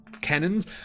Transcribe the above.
cannons